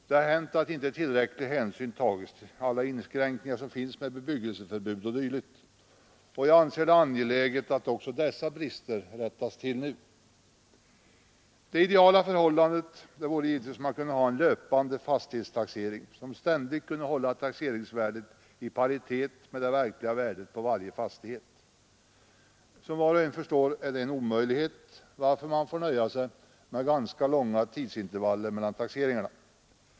Det har hänt att hänsyn inte tagits till alla inskränkningar som finns i form av bebyggelseförbud o.d. Jag anser det angeläget att också dessa brister rättas till nu. Det ideala förhållandet vore givetvis om man kunde ha en löpande fastighetstaxering som ständigt kunde hålla taxeringsvärdet i paritet med det verkliga värdet på varje fastighet. Som var och en förstår är det en omöjlighet, varför man får nöja sig med ganska långa tidsintervaller mellan taxeringarna.